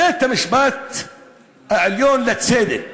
בית-המשפט העליון לצדק,